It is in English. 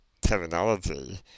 terminology